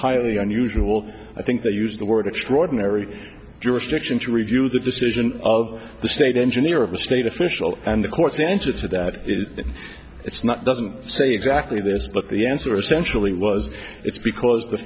highly unusual i think they use the word extraordinary jurisdiction to review the decision of the state engineer state official and of course the answer to that is it's not doesn't say exactly this but the answer essentially was it's because the